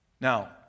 Now